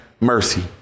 mercy